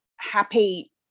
happy